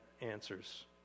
answers